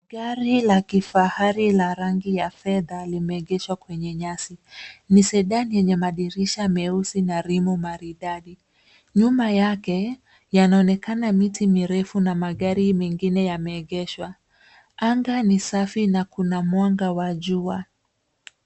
Gari la kifahari la rangi ya fedha limeegeshwa kwenye nyasi. Ni seda lenye madirisha meusi na rimu maridadi. Nyuma yake yanaonekana miti mirefu na magari mengine yameegeshwa. Anga ni safi na kuna mwanga wa jua.